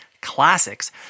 classics